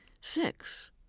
Six